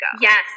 Yes